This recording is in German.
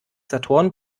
saturn